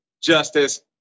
Justice